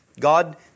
God